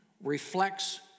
reflects